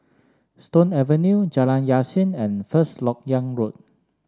Stone Avenue Jalan Yasin and First LoK Yang Road